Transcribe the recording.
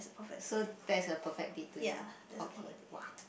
so that's a perfect date to you okay !wah!